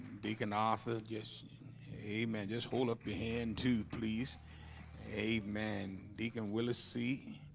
deacon office, just a man. just hold up your hand to please a man deacon willacy